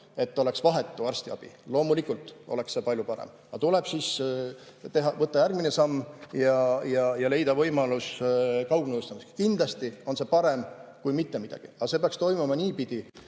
et oleks vahetu arstiabi, loomulikult oleks see palju parem, aga tuleb siis võtta järgmine samm ja leida võimalus kaugnõustamiseks. Kindlasti on see parem kui mitte midagi, aga see peaks toimuma niipidi,